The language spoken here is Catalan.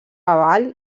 avall